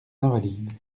invalides